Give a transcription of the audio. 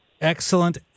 Excellent